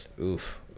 oof